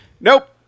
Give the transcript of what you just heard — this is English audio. nope